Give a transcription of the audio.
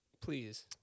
Please